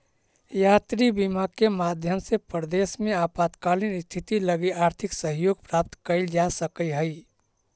यात्री बीमा के माध्यम से परदेस में आपातकालीन स्थिति लगी आर्थिक सहयोग प्राप्त कैइल जा सकऽ हई